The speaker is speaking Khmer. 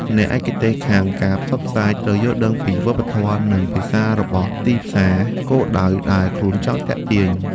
អ្នកឯកទេសខាងការផ្សព្វផ្សាយត្រូវយល់ដឹងពីវប្បធម៌ និងភាសារបស់ទីផ្សារគោលដៅដែលខ្លួនចង់ទាក់ទាញ។